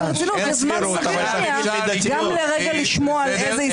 היא רוצה לשאול שאלה,